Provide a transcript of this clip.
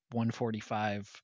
145